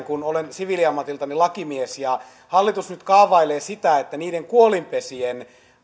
kun olen siviiliammatiltani lakimies ja hallitus nyt kaavailee sitä että lyhennettäisiin niiden kuolinpesien